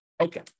Okay